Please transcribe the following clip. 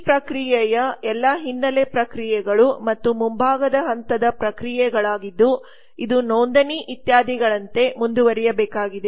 ಈ ಪ್ರಕ್ರಿಯೆಯು ಎಲ್ಲಾ ಹಿನ್ನೆಲೆ ಪ್ರಕ್ರಿಯೆಗಳು ಮತ್ತು ಮುಂಭಾಗದ ಹಂತದ ಪ್ರಕ್ರಿಯೆಗಳಾಗಿದ್ದು ಇದು ನೋಂದಣಿ ಇತ್ಯಾದಿಗಳಂತೆ ಮುಂದುವರಿಯಬೇಕಾಗಿದೆ